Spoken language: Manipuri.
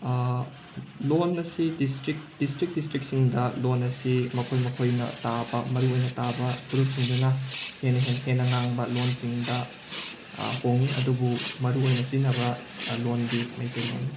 ꯂꯣꯟ ꯑꯁꯤ ꯗꯤꯁꯇ꯭ꯔꯤꯛ ꯗꯤꯁꯇ꯭ꯔꯤꯛ ꯗꯤꯁꯇ꯭ꯔꯤꯛꯁꯤꯡꯗ ꯂꯣꯟ ꯑꯁꯤ ꯃꯈꯣꯏ ꯃꯈꯣꯏꯅ ꯇꯥꯕ ꯃꯔꯨꯑꯣꯏꯅ ꯇꯥꯕ ꯐꯨꯔꯨꯞꯁꯤꯡꯗꯨꯅ ꯍꯦꯟꯅ ꯍꯦꯟ ꯍꯦꯟꯅ ꯉꯥꯡꯕ ꯂꯣꯟꯁꯤꯡꯗ ꯍꯣꯡꯏ ꯑꯗꯨꯕꯨ ꯃꯔꯨꯑꯣꯏꯅ ꯁꯤꯖꯤꯟꯅꯕ ꯂꯣꯟꯗꯤ ꯃꯩꯇꯩꯂꯣꯟꯅꯤ